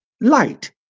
light